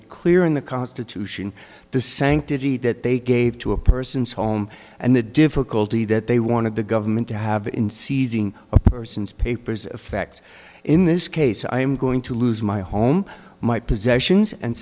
it clear in the constitution the sanctity that they gave to a person's home and the difficulty that they wanted the government to have in seizing a person's papers affects in this case i am going to lose my home my possessions and